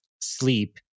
sleep